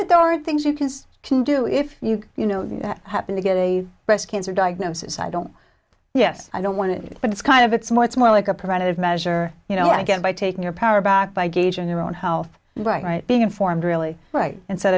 that there are things you can do if you you know that happen to get a breast cancer diagnosis i don't yes i don't want it but it's kind of it's more it's more like a preventative measure you know again by taking your power back by gauging their own health right being informed really right instead